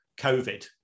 COVID